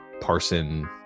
Parson